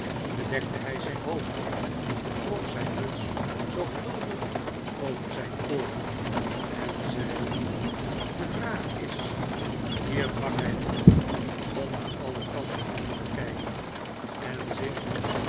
hij zijn hoofd weer trok zijn muts zorgvuldig over zijn ooren en zei de vraag is hier brak hij af om naar alle kanten rond te kijken en zich